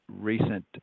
recent